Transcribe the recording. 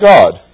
God